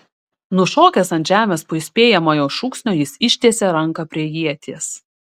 nušokęs ant žemės po įspėjamojo šūksnio jis ištiesė ranką prie ieties